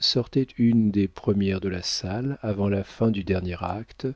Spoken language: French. sortait une des premières de la salle avant la fin du dernier acte